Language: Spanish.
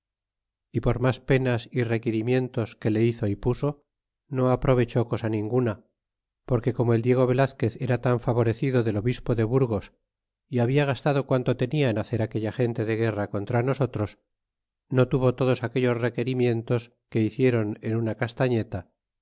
y por mas penas y requirimien tos que le hizo é puso no aprovechó cosa ninguna porque como el diego velazquez era tan favorecido del obispo de burgos y habla gastado quanto tenia en hacer aquella gente de guerra contra nosotros no tuvo todos aquellos requirimientos que hicieron en una castañeta